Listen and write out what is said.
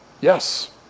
yes